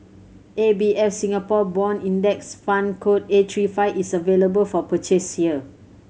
A B F Singapore Bond Index Fund code A three five is available for purchase here